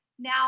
Now